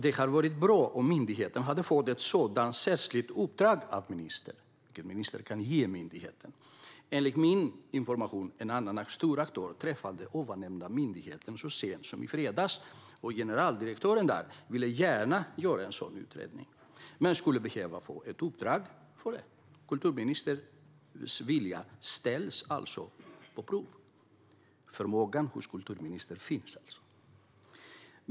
Det hade varit bra om myndigheten hade fått ett sådant särskilt uppdrag av ministern, och det kan ministern ge myndigheten. Enligt min information träffade en annan stor aktör denna myndighet så sent som i fredags. Generaldirektören där vill gärna göra en sådan utredning men skulle behöva få ett uppdrag om detta. Kulturministerns vilja sätts alltså på prov. Förmågan hos kulturministern finns.